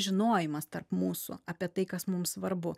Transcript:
žinojimas tarp mūsų apie tai kas mums svarbu